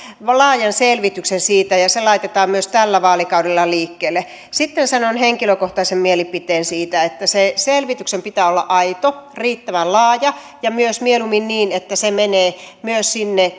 laajan selvityksen siitä ja myös se laitetaan tällä vaalikaudella liikkeelle sitten sanon henkilökohtaisen mielipiteeni siitä että sen selvityksen pitää olla aito riittävän laaja ja mieluummin myös niin että se menee myös sinne